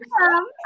welcome